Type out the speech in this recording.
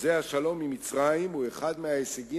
חוזה השלום עם מצרים הוא אחד מההישגים